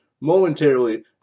momentarily